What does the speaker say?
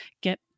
get